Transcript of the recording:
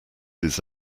his